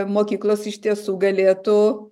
mokyklos iš tiesų galėtų